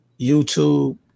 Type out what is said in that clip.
YouTube